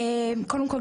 קודם כול,